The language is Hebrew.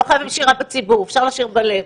לא חייבים שירה בציבור, אפשר לשיר בלב.